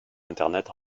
internet